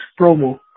promo